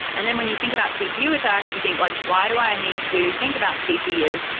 and then when you think about cpu attacks, you think like, why do i need to think about cpu?